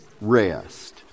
rest